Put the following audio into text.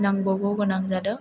नांगावगौ गोनां जादों